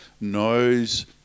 knows